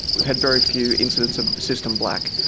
we've had very few instances of system black.